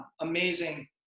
amazing